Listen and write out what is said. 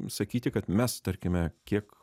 sakyti kad mes tarkime kiek